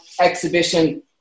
exhibition